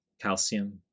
calcium